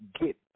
get